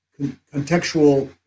contextual